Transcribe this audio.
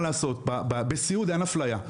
ובסיעוד אין אפליה,